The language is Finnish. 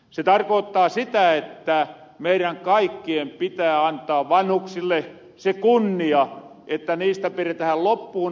se tarkoottaa sitä että meirän kaikkien pitää antaa vanhuksille se kunnia että niistä piretähän loppuun asti huolen